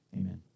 amen